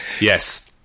Yes